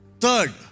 Third